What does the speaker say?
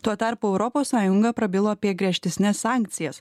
tuo tarpu europos sąjunga prabilo apie griežtesnes sankcijas